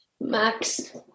max